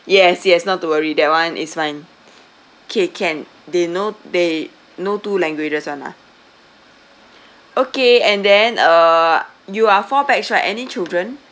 yes yes not to worry that [one] is fine okay can they know they know two languages [one] lah okay and then uh you are four pax right any children